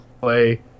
play